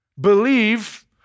Believe